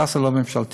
הדסה זה לא ממשלתי,